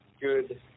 good